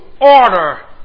order